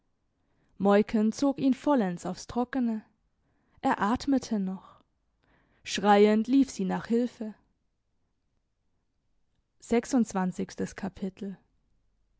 moiken zog ihn vollends aufs trockene er atmete noch schreiend lief sie nach hülfe